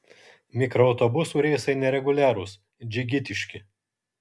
mikroautobusų reisai nereguliarūs džigitiški